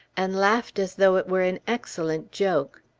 and laughed as though it were an excellent joke.